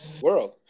world